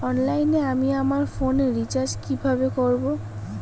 অনলাইনে আমি আমার ফোনে রিচার্জ কিভাবে করব?